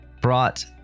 brought